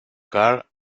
car